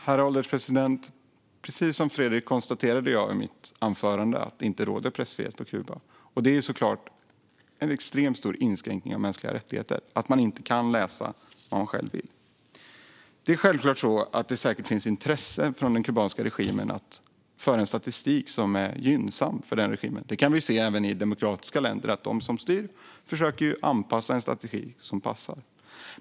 Herr ålderspresident! Precis som Fredrik konstaterade jag i mitt anförande att det inte råder pressfrihet på Kuba. Det är såklart en extremt stor inskränkning av mänskliga rättigheter att man inte kan läsa vad man själv vill. Det är självklart så att det säkert finns ett intresse från den kubanska regimen att föra en statistik som är gynnsam för regimen. Även i demokratiska länder kan vi se att de som styr försöker att anpassa en statistik som passar.